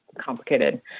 complicated